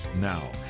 now